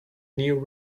new